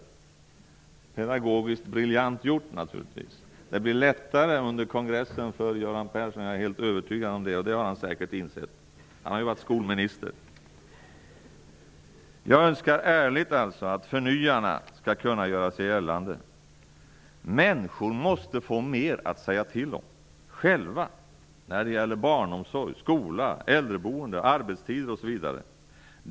Det var naturligtvis pedagogiskt briljant gjort. Jag är helt övertygad om att det nu kommer att gå lättare för Göran Persson vid kongressen, och det har han säkert insett - han har ju varit skolminister. Jag önskar alltså ärligt att förnyarna skall kunna göra sig gällande. Människor måste få mer att säga till om själva när det gäller barnomsorg, skola, äldreboende, arbetstider osv.